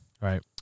Right